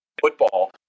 football